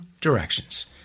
directions